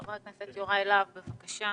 חבר הכנסת יוראי להב, בבקשה.